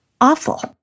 awful